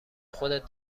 خودت